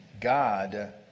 God